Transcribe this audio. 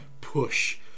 push